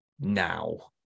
now